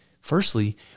Firstly